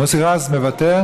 מוסי רז מוותר?